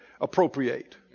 appropriate